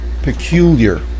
peculiar